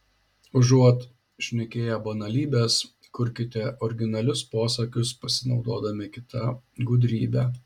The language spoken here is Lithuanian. užuot šnekėję banalybes kurkite originalius posakius pasinaudodami kita gudrybe